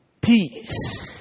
peace